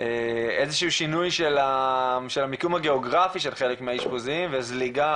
איזשהו שינוי של המיקום הגיאוגרפי של חלק מהאשפוזים וזליגה